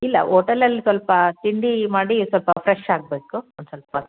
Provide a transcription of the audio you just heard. ಇಲ್ಲ ಹೋಟೆಲಲ್ಲಿ ಸ್ವಲ್ಪ ತಿಂಡಿ ಮಾಡಿ ಸ್ವಲ್ಪ ಫ್ರೆಶ್ ಆಗಬೇಕು ಒಂದ್ಸ್ವಲ್ಪ